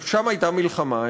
ששם הייתה מלחמה,